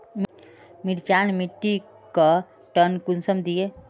मिर्चान मिट्टीक टन कुंसम दिए?